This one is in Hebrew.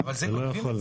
זה לא יכול.